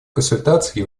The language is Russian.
консультации